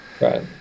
Right